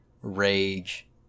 Rage